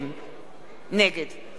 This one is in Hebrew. נגד ראובן ריבלין,